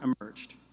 emerged